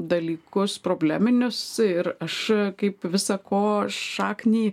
dalykus probleminius ir aš kaip visa ko šaknį